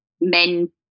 men